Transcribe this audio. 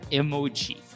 emoji